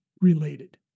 related